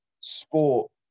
sport